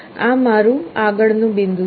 આ મારો આગળનું બિંદુ છે